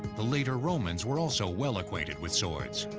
the later romans were also well acquainted with swords.